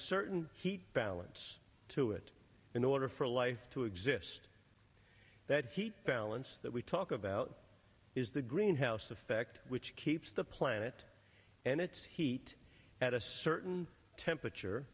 certain heat balance to it in order for life to exist that heat balance that we talk about is the greenhouse effect which keeps the planet and its heat at a certain temperature